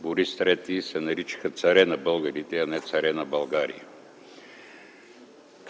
Борис III, се наричаха царе на българите, а не царе на България.